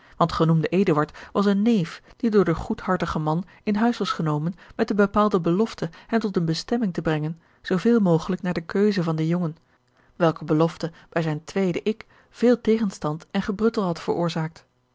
want genoemde eduard was een neef die door den goedhartigen man in huis was genomen met de bepaalde belofte hem tot eene bestemming te brengen zooveel mogelijk naar de keuze van den jongen welke belofte bij zijn tweede ik veel tegenstand en gepruttel had veroorzaakt